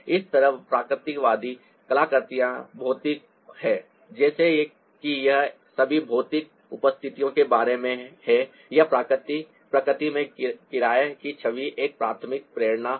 इसी तरह प्रकृतिवादी कलाकृतियां भौतिक हैं जैसे कि यह सभी भौतिक उपस्थिति के बारे में है या प्रकृति में किराए की छवि एक प्राथमिक प्रेरणा है